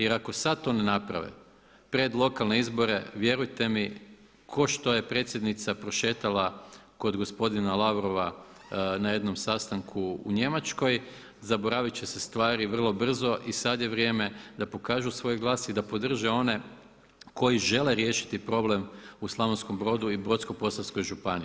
Jer ako sad to ne naprave pred lokalne izbore, vjerujte mi kao što je predsjednica prošetala kod gospodina Lavrova na jednom sastanku u Njemačkoj, zaboraviti će se stvari vrlo brzo i sada je vrijeme da pokažu svoj glas i da podrže one koji žele riješiti problem u Slavonskom Brodu i Brodsko-posavskoj županiji.